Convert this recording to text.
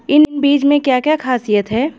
इन बीज में क्या क्या ख़ासियत है?